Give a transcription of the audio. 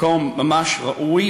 מקום ממש ראוי.